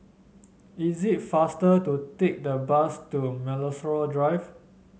is it faster to take the bus to Melrose Drive